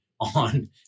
on